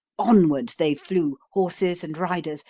onwards they flew, horses and riders,